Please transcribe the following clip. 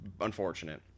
unfortunate